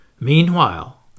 Meanwhile